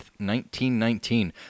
1919